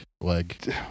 leg